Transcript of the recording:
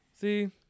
See